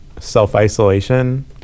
self-isolation